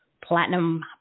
Platinum